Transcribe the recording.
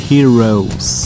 Heroes